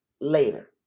later